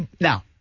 Now